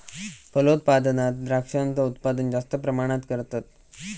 फलोत्पादनात द्रांक्षांचा उत्पादन जास्त प्रमाणात करतत